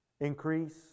increase